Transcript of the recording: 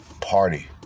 party